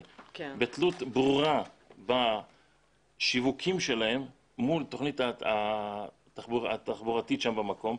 בתלות ברורה בשיווקים שלהם מול התוכנית התחבורתית שם במקום,